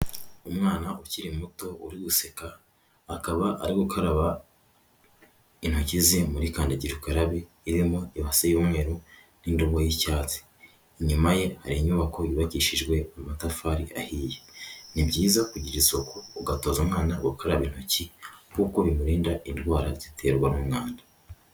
Umwana ukiri muto uri guseka akaba ari gukaraba intoki ze muri kandagirukarabe irimo ibase y'umweru n'indobo y'icyatsi, inyuma ye hari inyubako yubakishijwe amatafari ahiye. Ni byiza kugira isuku ugatoza umwana gukaraba intoki kuko bimurinda indwara ziterwa n'umwanda.